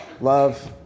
love